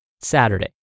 Saturday